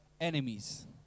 enemies